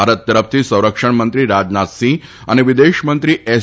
ભારત તરફથી સંરક્ષણ મંત્રી રાજનાથસિંહ અને વિદેશમંત્રી એસ